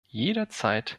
jederzeit